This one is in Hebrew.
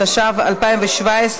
התשע"ז 2017,